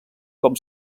com